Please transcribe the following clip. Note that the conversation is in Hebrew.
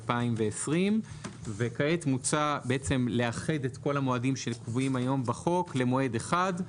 2020. כעת מוצע לאחד את כל המועדים שקבועים היום בחוק למועד אחד,